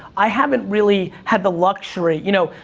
i haven't really had the luxury, you know,